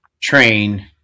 train